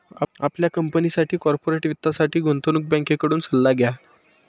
आपल्या कंपनीसाठी कॉर्पोरेट वित्तासाठी गुंतवणूक बँकेकडून सल्ला घ्या